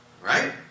right